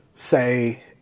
say